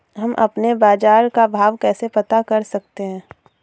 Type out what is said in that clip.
हम अपने बाजार का भाव कैसे पता कर सकते है?